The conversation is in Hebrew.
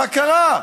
מה קרה?